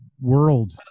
world